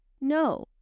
No